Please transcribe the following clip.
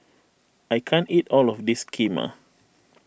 I can't eat all of this Kheema